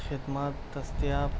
خدمات دستیاب